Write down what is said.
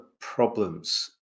problems